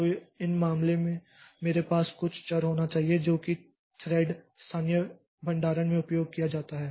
तो इस मामले में मेरे पास कुछ चर होना चाहिए जो कि थ्रेड स्थानीय भंडारण में उपयोग किया जाता है